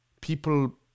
people